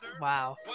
Wow